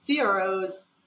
CROs